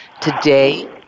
Today